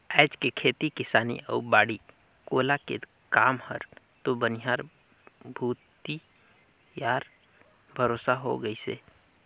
आयज के खेती किसानी अउ बाड़ी कोला के काम हर तो बनिहार भूथी यार भरोसा हो गईस है